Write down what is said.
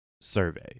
survey